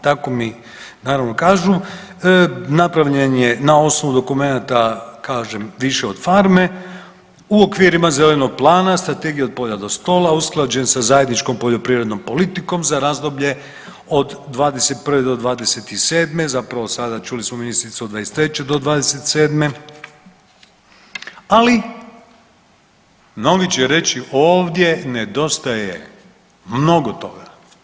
Tako mi naravno kažu, napravljen je na osnovu dokumenata kažem više od farme u okvirima zelenog plana, strategije od polja do stola, usklađen sa zajedničkom poljoprivrednom politikom za razdoblje od '21. do '27., zapravo sada čuli smo ministricu od '23. do '27., ali mnogi će reći ovdje nedostaje mnogo toga.